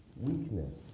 weakness